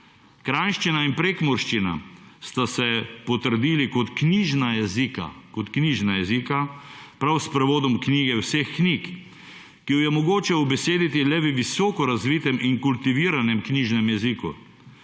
Kranščina in prekmurščina sta se potrdili kot knjižna jezika prav s prevodom knjige veh knjig, ki jo je mogoče ubesediti le v visoko razvitem in kultiviranem knjižnem jeziku,